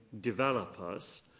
developers